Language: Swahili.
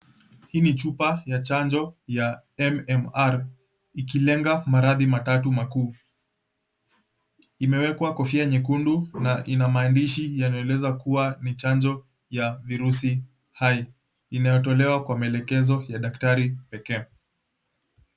Hii ni chupa ya chanjo ya 'MMR' ikilenga maradhi matatu makuu. Imewekwa kofia nyekundu na ina maandishi yanayoeleza kuwa ni chanjo ya virusi hayo, inayotolewa kwa maelekezo ya daktari pekee.